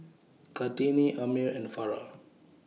Kartini Ammir and Farah